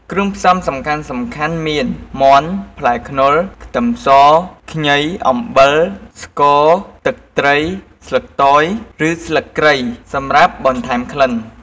គ្រឿងផ្សំសំខាន់ៗមាន មាន់ ផ្លែខ្នុរ ខ្ទឹមស ខ្ញី អំបិល ស្ករ ទឹកត្រី ស្លឹកតយ ឬស្លឹកគ្រៃ សម្រាប់បន្ថែមក្លិន។